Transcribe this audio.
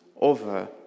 over